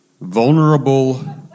vulnerable